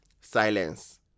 Silence